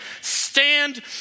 stand